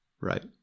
Right